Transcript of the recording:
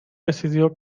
decidió